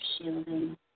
shielding